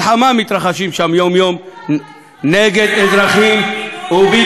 שם יום-יום נגד אזרחים ובלתי מעורבים.